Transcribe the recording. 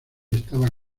estaba